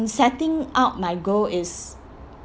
setting out my goal is